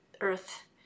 earth